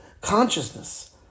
consciousness